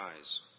eyes